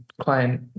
client